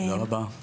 תודה רבה.